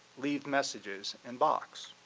leave messages in box.